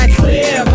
clear